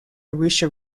arusha